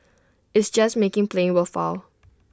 it's just making playing worthwhile